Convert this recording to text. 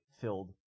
filled